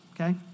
okay